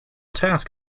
task